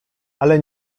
ale